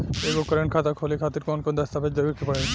एगो करेंट खाता खोले खातिर कौन कौन दस्तावेज़ देवे के पड़ी?